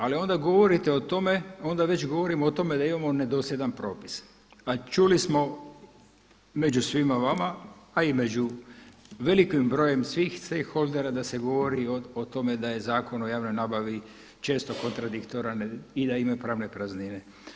Ali onda govorite o tome, onda već govorimo o tome da imamo nedosljedan propis, a čuli smo među svima vama, a i među velikim brojem svih stake holdera da se govori i o tome da je Zakon o javnoj nabavi često kontradiktoran i da imaju pravne praznine.